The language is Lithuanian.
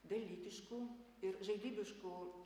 dalykiškų ir žaidybiškų